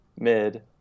mid